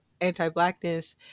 anti-blackness